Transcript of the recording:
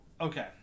okay